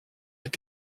mit